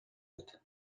بود